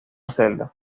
celda